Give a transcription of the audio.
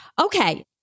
Okay